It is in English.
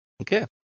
okay